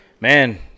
Man